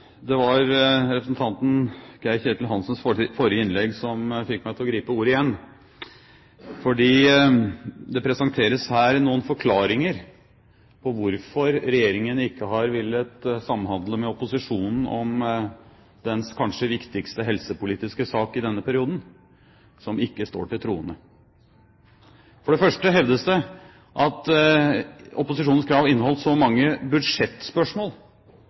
Hansens forrige innlegg som fikk meg til å gripe ordet igjen, for det presenteres der noen forklaringer på hvorfor Regjeringen ikke har villet samhandle med opposisjonen om dens kanskje viktigste helsepolitiske sak i denne perioden, som ikke står til troende. For det første hevdes det at opposisjonens krav inneholdt så mange budsjettspørsmål